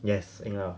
yes 赢了